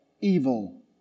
evil